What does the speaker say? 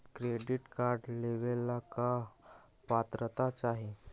Credit card लेवेला का पात्रता चाही?